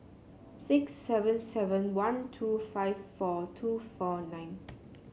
six seven seven one two five four two four nine